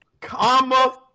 comma